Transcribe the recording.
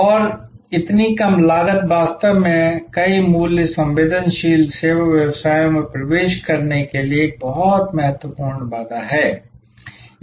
और इतनी कम लागत वास्तव में कई मूल्य संवेदनशील सेवा व्यवसायों में प्रवेश के लिए एक बहुत महत्वपूर्ण बाधा है